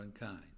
unkind